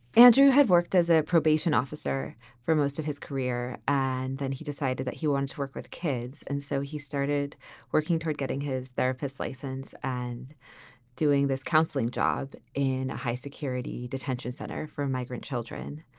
andrew had worked as a probation officer for most of his career. and then he decided that he wants to work with kids. and so he started working toward getting his therapists license and doing this counseling job in a high security detention detention center for migrant children.